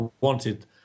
wanted